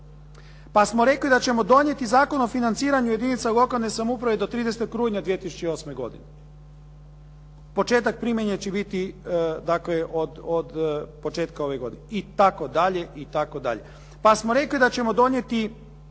pa smo rekli da ćemo donijeti Zakon o financiranju jedinica lokalne samouprave do 30. rujna 2008. godine, početak primjene će biti od početka ove godine itd. itd. Pa smo rekli da ćemo donijeti